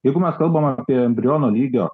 jeigu mes kalbam apie embriono lygio